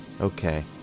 Okay